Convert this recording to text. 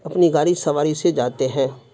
اپنی گاڑی سواری سے جاتے ہیں